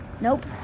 Nope